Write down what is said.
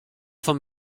von